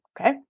okay